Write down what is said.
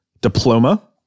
diploma